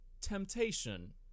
Temptation